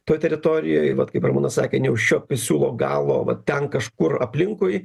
toj teritorijoj vat kaip arūnas sakė neužčiuopiu siūlo galo va ten kažkur aplinkui